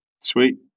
Sweet